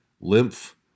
lymph